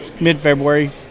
mid-February